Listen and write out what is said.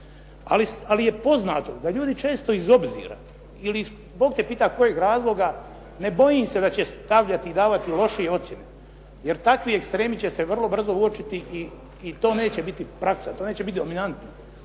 ali je poznato da ljudi često iz obzira ili iz Bog te pita kojih razloga ne bojim se da će stavljati i davati lošije ocjene jer takvi ekstremni će se vrlo brzo uočiti i to neće biti praksa, to neće biti dominantno.